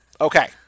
Okay